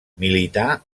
milità